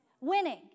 winning